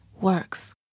works